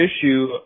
issue